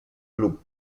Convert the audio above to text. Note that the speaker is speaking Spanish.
club